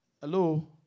Hello